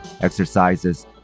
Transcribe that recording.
exercises